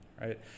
right